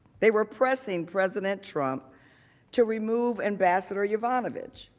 they were pressing president trump to remove ambassador yovanovitch.